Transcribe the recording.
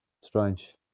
strange